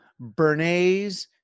Bernays